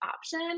option